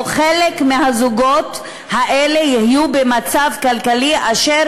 או חלק מהזוגות האלה יהיו במצב כלכלי אשר